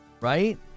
right